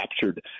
captured